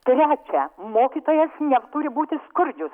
trečia mokytojas neturi būti skurdžius